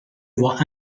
voient